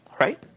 right